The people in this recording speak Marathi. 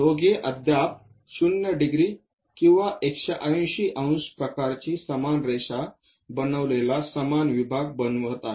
दोघे अद्याप 0° किंवा 180 ° प्रकारची समान रेषा बनलेला समान विभाग बनवत आहेत